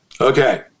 Okay